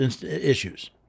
issues